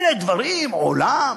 אלה דברים, עולם.